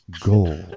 Goal